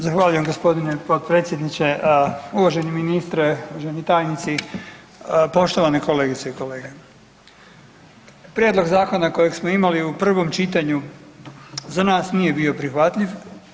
Zahvaljujem gospodine potpredsjedniče, uvaženi ministre, uvaženi tajnici, poštovane kolegice i kolegice, prijedlog zakona kojeg smo imali u prvom čitanju za nas nije bio prihvatljiv.